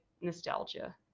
nostalgia